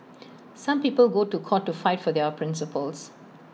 some people go to court to fight for their principles